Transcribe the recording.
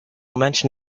mention